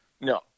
No